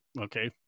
Okay